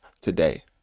today